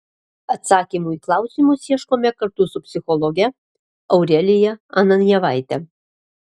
atsakymų į klausimus ieškome kartu su psichologe aurelija ananjevaite